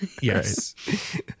Yes